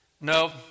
no